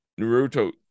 Naruto